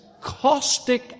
caustic